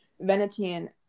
Venetian